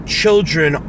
children